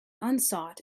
unsought